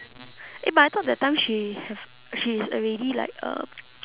eh but I thought that time she have she is already like uh